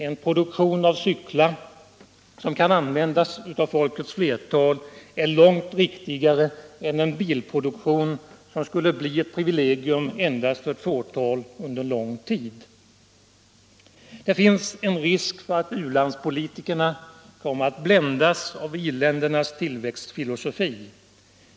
En produktion av cyklar som kan användas av folkets flertal är långt riktigare än en bilproduktion som skulle kunna bli ett privilegium endast för ett fåtal under lång tid. Det finns en risk för att u-landspolitikerna kommer att bländas av i-ländernas tillväxtfilosofi.